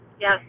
Yes